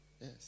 yes